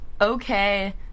okay